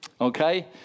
okay